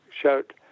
shout